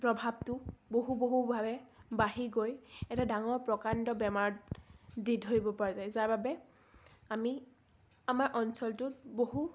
প্ৰভাৱটো বহু বহুভাৱে বাঢ়ি গৈ এটা ডাঙৰ প্ৰকাণ্ড বেমাৰত দি ধৰিব পৰা যায় যাৰ বাবে আমি আমাৰ অঞ্চলটোত বহু